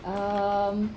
um